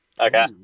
Okay